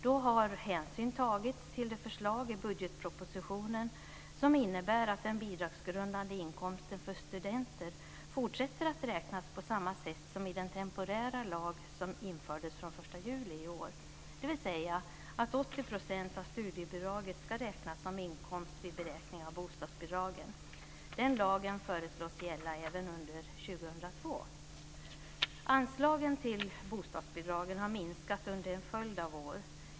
Då har hänsyn tagits till det förslag i budgetpropositionen som innebär att den bidragsgrundande inkomsten för studenter fortsätter att räknas på samma sätt som i den temporära lag som infördes från den 1 juli i år, dvs. att 80 % av studiebidraget ska räknas som inkomst vid beräkning av bostadsbidragen. Den lagen föreslås gälla även under år 2002. Anslagen till bostadsbidragen har minskat under en följd av år.